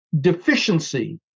deficiency